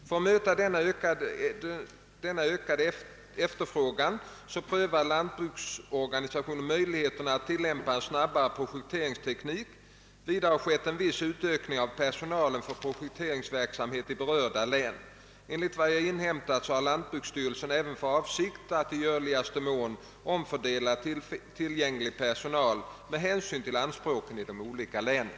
För att möta denna ökade efterfrågan prövar lantbruksorganisationen möjligheterna att tillämpa en snabbare projekteringsteknik. Vidare har skett en viss utökning av personalen för projekteringsverksamheten i berörda län. Enligt vad jag inhämtat har lantbruksstyrelsen även för avsikt att i görligaste mån omfördela tillgänglig personal med hänsyn till anspråken i olika län.